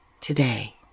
today